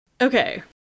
okay